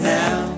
now